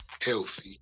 healthy